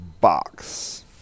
box